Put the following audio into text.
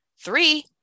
three